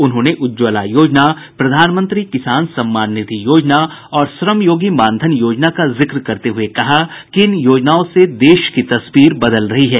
उन्होंने उज्ज्वला योजना प्रधानमंत्री किसान सम्मान निधि योजना और श्रमयोगी मानधन योजना का जिक्र करते हुए कहा कि इन योजनाओं से देश की तस्वीर बदल रही है